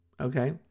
okay